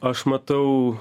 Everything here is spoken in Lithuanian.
aš matau